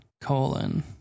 colon